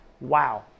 wow